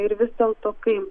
ir vis dėlto kai